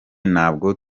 ntabwo